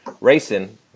racing